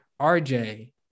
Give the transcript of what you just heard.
RJ